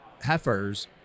heifers